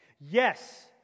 Yes